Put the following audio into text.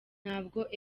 ntabwo